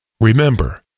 Remember